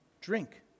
drink